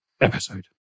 episode